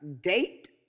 date